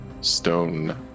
stone